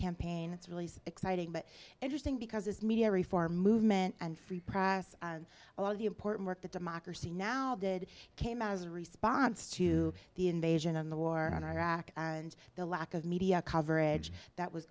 campaign it's really exciting but interesting because this media reform movement and free press and a lot of the important work that democracy now did came as a response to the invasion and the war in iraq and the lack of media coverage that was